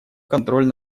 контроль